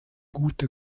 gute